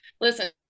Listen